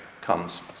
comes